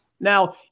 Now